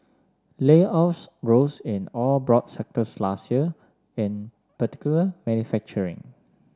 layoffs rose in all broad sectors last year in particular manufacturing